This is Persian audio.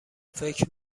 فکر